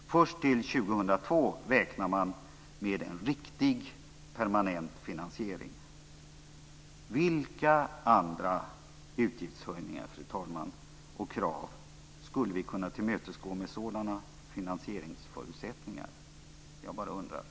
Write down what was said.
Först till år 2002 räknar man med en riktig permanent finansiering. Vilka andra utgiftshöjningar och krav, fru talman, skulle vi kunna tillmötesgå med sådana finansieringsförutsättningar - jag bara undrar?